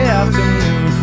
afternoon